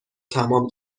تمام